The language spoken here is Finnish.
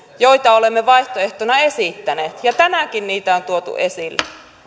joita olemme vaihtoehtona esittäneet ja tänäänkin niitä on tuotu esille